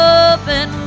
open